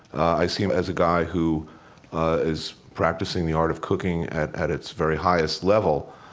i see him as a guy who is practicing the art of cooking at at its very highest level,